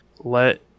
let